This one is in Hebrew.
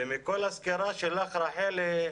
מכל הסקירה של רחלי,